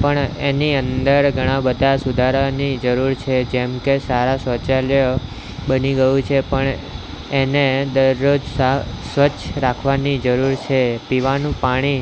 પણ એની અંદર ઘણા બધા સુધારાની જરૂર છે જેમ કે સારા શૌચાલય બની ગયું છે પણ એને દરરોજ સાફ સ્વચ્છ રાખવાની જરૂર છે પીવાનું પાણી